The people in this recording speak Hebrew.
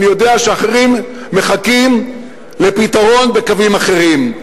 אני יודע שאחרים מחכים לפתרון בקווים אחרים.